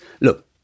look